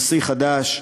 נשיא חדש,